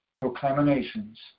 proclamations